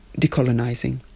decolonizing